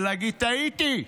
ולהגיד: טעיתי,